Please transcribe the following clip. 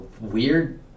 weird